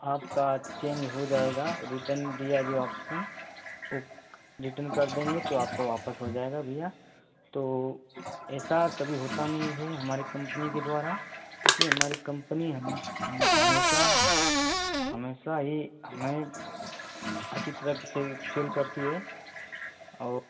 आपका चेंज हो जाएगा रिटन दिया जो वापस का ओ रिटन कर देंगे तो आपका वापस हो जाएगा भैया तो एसा कभी होता नी है हमारे कम्पनी के द्वारा क्योंकि हमारी कम्पनी हम हम हमेशा हमेशा ही हमें अच्छी तरह से सेल करती है और